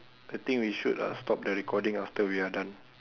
I think we should uh stop the recording after we are done